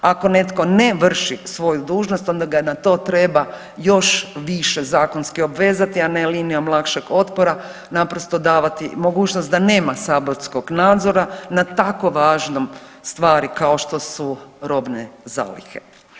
Ako netko ne vrši svoju dužnost, onda ga na to treba još više zakonski obvezati, a ne linijom lakšeg otpora naprosto davati mogućnost da nema saborskog nadzora nad tako važnom stvari kao što su robne zalihe.